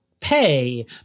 pay